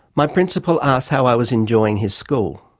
my principal asked how i was enjoying his school.